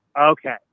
Okay